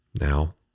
Now